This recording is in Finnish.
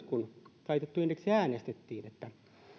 kun taitettu indeksi äänestettiin edustaja kiljunen